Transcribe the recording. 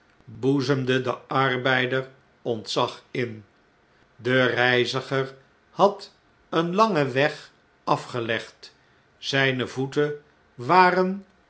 boezemden den arbeider ontzag in de reiziger had een langen weg afgelegd zjjne voeten waren